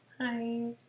Hi